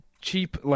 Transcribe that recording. cheap